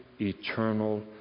eternal